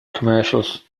commercials